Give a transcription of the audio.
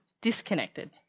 disconnected